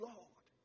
Lord